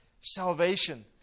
salvation